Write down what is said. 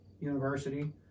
University